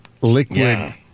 liquid